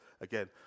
again